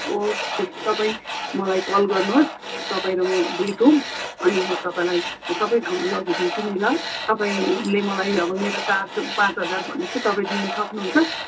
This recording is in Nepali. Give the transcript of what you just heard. ओके तपाईँ मलाई कल गर्नुहोस् तपाईँ र म भेट हौँ अनि म तपाईँलाई सबै ठाउँ लगिदिन्छु नि ल तपाईँले मलाई अब मेरो चार्ज पाँच हजार भनेको छु तपाईँ दिनु सक्नुहुन्छ